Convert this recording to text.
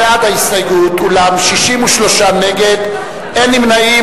אולם 63 נגד, אין נמנעים.